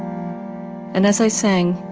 and as i sang,